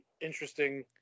interesting